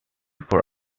for